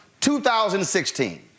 2016